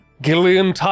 Gillian